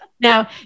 Now